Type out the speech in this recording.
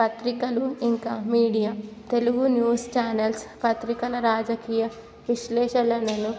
పత్రికలు ఇంకా media Telugu news channels పత్రికల రాజకీయ విశ్లేషణలలో